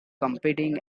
competing